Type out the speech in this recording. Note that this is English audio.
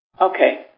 Okay